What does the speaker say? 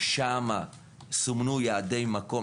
שם סומנו יעדי מקום,